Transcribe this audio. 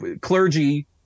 clergy